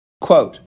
Quote